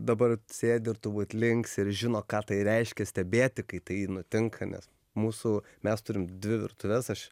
dabar sėdi ir turbūt linksi ir žino ką tai reiškia stebėti kai tai nutinka nes mūsų mes turim dvi virtuves aš